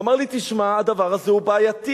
הוא אמר לי: תשמע, הדבר הזה הוא בעייתי.